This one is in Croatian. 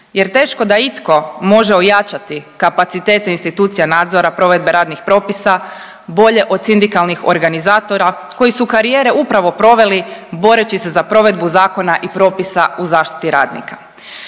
jer teško da itko može ojačati kapacitete institucija nadzora provedbe radnih propisa bolje od sindikalnih organizatora koji su karijere upravo proveli boreći se za provedbu zakona i propisa u zaštiti radnika.